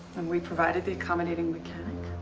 and we provided the accommodating mechanic.